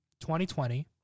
2020